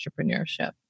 entrepreneurship